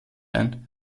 ein